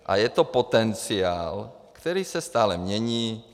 A je to potenciál, který se stále mění.